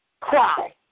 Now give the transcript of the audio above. cry